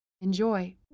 Enjoy